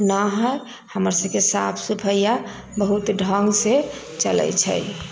न हइ हमरसभके साफ सफैआ बहुत ढङ्गसँ चलै छै